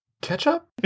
Ketchup